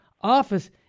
office